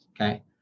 Okay